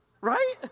Right